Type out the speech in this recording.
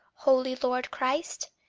holy lord christ,